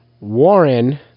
Warren